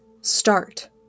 START